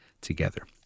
together